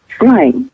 Right